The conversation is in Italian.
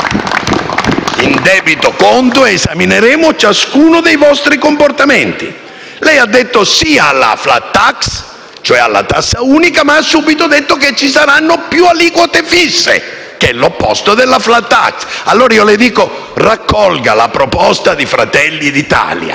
in debito conto ed esamineremo ciascuno dei vostri comportamenti. Lei ha detto sì alla *flat tax*, cioè alla tassa unica, ma subito ha detto che ci saranno più aliquote fisse, che è l'opposto della *flat tax*. Allora le chiedo di raccogliere la proposta di Fratelli d'Italia: